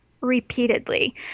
repeatedly